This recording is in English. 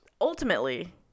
ultimately